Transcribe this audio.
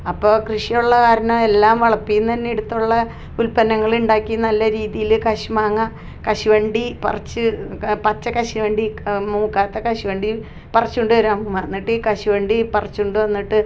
അപ്പോൾ കൃഷിയുള്ളത് കാരണം എല്ലാം വളപ്പിൽ നിന്ന് തന്നെ എടുത്തുള്ള ഉൽപ്പന്നങ്ങളുണ്ടാക്കി നല്ല രീതിയിൽ കശുമാങ്ങ കശുവണ്ടി പറിച്ച് പച്ച കശുവണ്ടി മൂക്കാത്ത കശുവണ്ടിയും പറിച്ച് കൊണ്ട് വരാം എന്നിട്ട് ഈ കശുവണ്ടി പറിച്ച് കൊണ്ട് വന്നിട്ട്